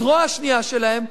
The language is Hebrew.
הזרוע השנייה שלהם,